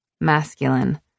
masculine